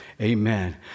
Amen